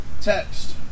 text